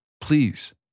Please